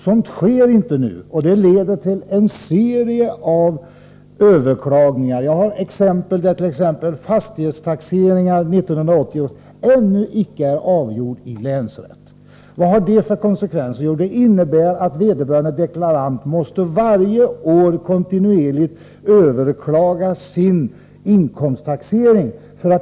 Det sker inte nu, och det leder till en serie överklaganden. Jag kan som exempel nämna en fastighetstaxering för 1980 som ännu inte är avgjord i länsrätten. Vad får det för konsekvenser? Jo, det innebär att vederbörande deklarant varje år måste överklaga sin inkomsttaxering.